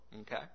Okay